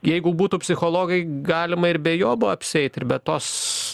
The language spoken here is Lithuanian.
jeigu būtų psichologai galima ir be jo buvo apsieit ir be tos